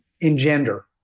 engender